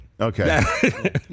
Okay